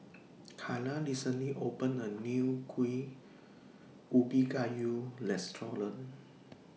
Carla recently opened A New Kueh Ubi Kayu Restaurant